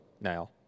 now